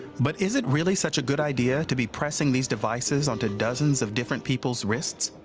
but is it really such a good idea to be pressing these devices onto dozens of different peoples' wrists?